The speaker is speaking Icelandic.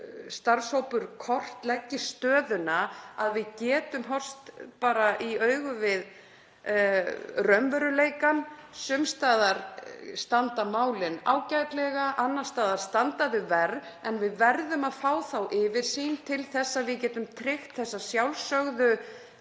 starfshópur kortleggi stöðuna, að við getum horfst í augu við raunveruleikann. Sums staðar standa málin ágætlega, annars staðar standa þau verr, en við verðum að fá þá yfirsýn til þess að við getum tryggt þessa sjálfsögðu